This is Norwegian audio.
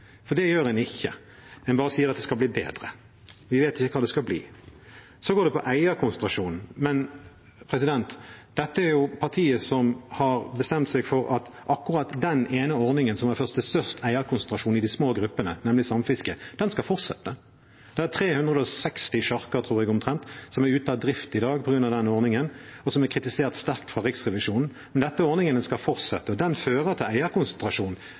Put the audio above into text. Det gjør en ikke, en bare sier at det skal bli bedre. Vi vet ikke hva det skal bli. Så snakker en om eierkonsentrasjonen, men dette er partiet som har bestemt seg for at akkurat den ene ordningen som har ført til størst eierkonsentrasjon i de små gruppene, nemlig samfisket, skal fortsette. Det er 360 sjarker omtrent, tror jeg, som er ute av drift i dag på grunn av den ordningen, som er sterkt kritisert av Riksrevisjonen. Det er ordningen en skal la fortsette. Den fører til eierkonsentrasjon,